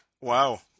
Wow